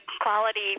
quality